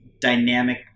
dynamic